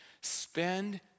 Spend